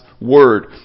Word